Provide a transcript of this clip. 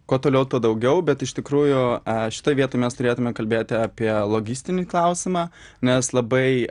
kuo toliau tuo daugiau bet iš tikrųjų šitoj vietoj mes turėtume kalbėti apie logistinį klausimą nes labai